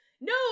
No